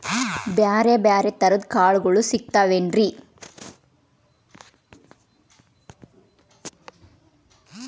ಬ್ಯಾರೆ ಬ್ಯಾರೆ ತರದ್ ಕಾಳಗೊಳು ಸಿಗತಾವೇನ್ರಿ?